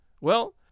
Well